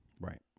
Right